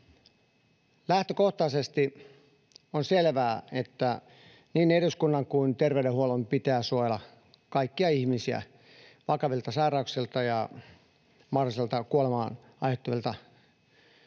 Lähtökohtaisesti on selvää, että niin eduskunnan kuin terveydenhuollon pitää suojella kaikkia ihmisiä vakavilta sairauksilta ja mahdollisilta kuolemaa aiheuttavilta pandemioilta.